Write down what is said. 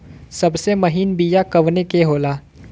सबसे महीन बिया कवने के होला?